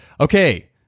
Okay